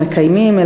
המקיימים,